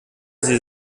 sie